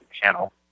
channel